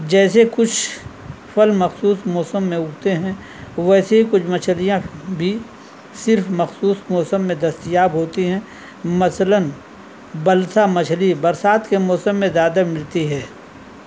جیسے کچھ پھل مخصوص موسم میں اگتے ہیں ویسے ہی کچھ مچھلیاں بھی صرف مخصوص موسم میں دستیاب ہوتی ہیں مثلاً بلسا مچھلی برسات کے موسم میں زیادہ ملتی ہے